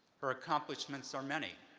her accomplishments are many,